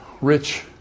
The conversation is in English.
rich